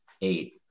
eight